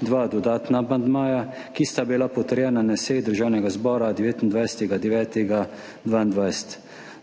dva dodatna amandmaja, ki sta bila potrjena na seji Državnega zbora 29. 9. 2022.